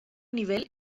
nivel